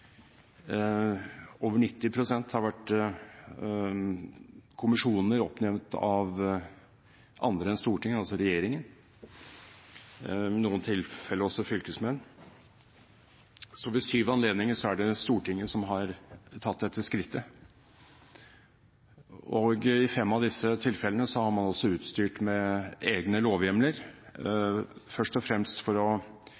over 90 pst. har vært av kommisjoner oppnevnt av andre enn Stortinget, altså regjeringen, i noen tilfeller også fylkesmenn. Ved syv anledninger er det Stortinget som har tatt dette skrittet, og i fem av disse tilfellene var man også utstyrt med egne lovhjemler, først og fremst for å